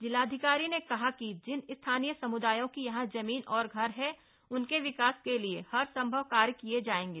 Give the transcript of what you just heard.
जिलाधिकारी ने कहा कि जिन स्थानीय समुदाय की यहां जमीन और घर हैं उनके विकास के लिए हर सम्भव कार्य किए जाएंगे